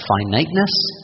finiteness